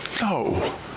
no